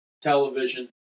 television